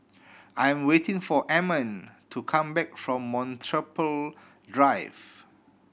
I'm waiting for Ammon to come back from Metropole Drive